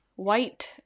White